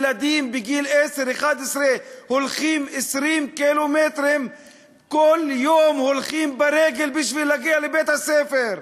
ילדים בגיל 11-10 הולכים 20 קילומטרים כל יום ברגל כדי להגיע לבית-הספר.